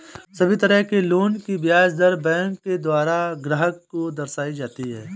सभी तरह के लोन की ब्याज दर बैंकों के द्वारा ग्राहक को दर्शाई जाती हैं